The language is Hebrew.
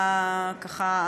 ככה,